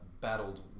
battled